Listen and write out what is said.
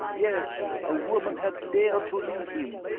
yes! a woman had dared to leave him,